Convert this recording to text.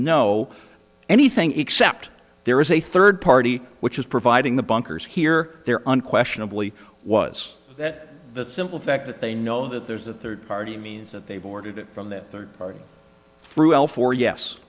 know anything except there is a third party which is providing the bunkers here there unquestionably was that the simple fact that they know that there's a third party means that they've ordered it from that third party through four yes